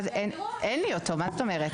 אין לי, מה זאת אומרת?